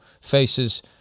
faces